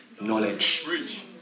knowledge